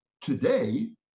today